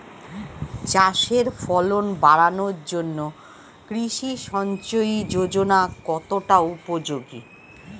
চাষের ফলন বাড়ানোর জন্য কৃষি সিঞ্চয়ী যোজনা কতটা উপযোগী?